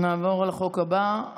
נעבור לחוק הבא,